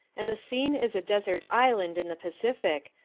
and the scene is a desert island in the pacific,